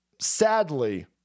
sadly